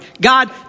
God